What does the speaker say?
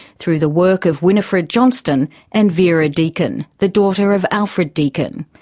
through the work of winifred johnstone and vera deakin, the daughter of alfred deakin.